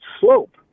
slope